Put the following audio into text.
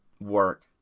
work